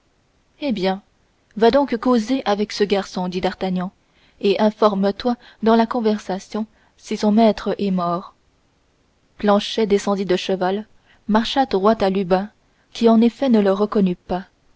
eh bien va donc causer avec ce garçon dit d'artagnan et informe toi dans la conversation si son maître est mort planchet descendit de cheval marcha droit à lubin qui en effet ne le reconnut pas